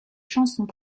chansons